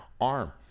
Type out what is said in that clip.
arm